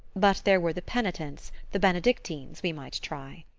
but there were the penitents, the benedictines we might try.